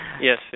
yes